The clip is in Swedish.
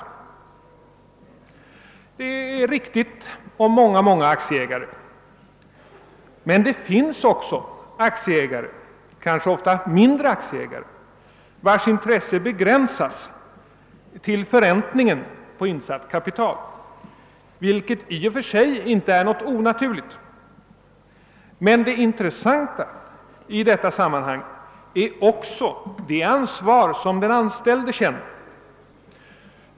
Påståendet är riktigt beträffande många aktieägare men det finns också aktieägare, kanske ofta mindre sådana, vilkas intresse begränsas till förräntningen på insatt kapital, vilket i och för sig inte är något onaturligt. Men det intressanta i detta sammanhang är också det ansvar som den anställde känner.